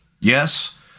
Yes